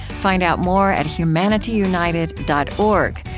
find out more at humanityunited dot org,